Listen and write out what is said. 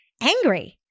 angry